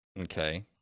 Okay